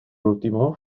último